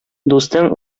дустың